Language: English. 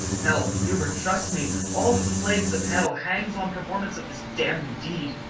hell, hubert, trust me, all the plagues of hell hangs on performance of this damned deed.